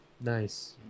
Nice